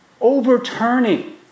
overturning